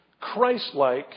Christ-like